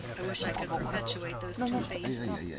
i wish i could perpetuate those two faces,